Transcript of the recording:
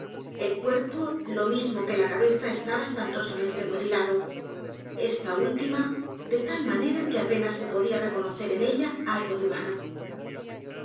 el cuerpo lo mismo que la cabeza estaba espantosamente mutilado esta última de tal manera que apenas se podía reconocer en ella algo de humano